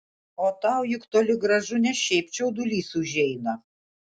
o tau juk toli gražu ne šiaip čiaudulys užeina